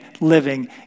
living